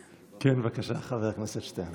בבקשה, חבר הכנסת שטרן.